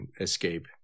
escape